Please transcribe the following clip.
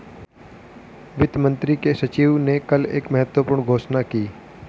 वित्त मंत्री के सचिव ने कल एक महत्वपूर्ण घोषणा की